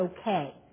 okay